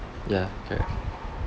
ya correct